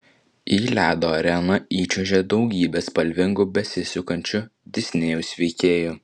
į ledo areną įčiuožė daugybė spalvingų besisukančių disnėjaus veikėjų